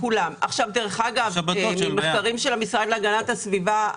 על פי המחקרים של המשרד להגנת הסביבה,